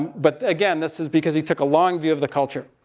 but, again, this is because he took a long view of the culture.